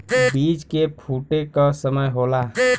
बीज के फूटे क समय होला